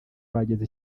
bageze